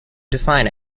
define